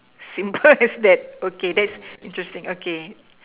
simple as that okay that's interesting okay